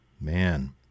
Man